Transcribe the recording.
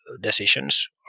decisions